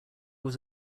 was